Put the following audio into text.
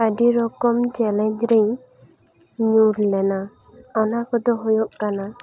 ᱟᱹᱰᱤ ᱨᱚᱠᱚᱢ ᱪᱮᱞᱮᱧᱡᱽᱨᱮᱧ ᱧᱩᱨᱞᱮᱱᱟ ᱚᱱᱟ ᱠᱚᱫᱚ ᱦᱩᱭᱩᱜ ᱠᱟᱱᱟ